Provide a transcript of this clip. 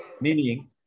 meaning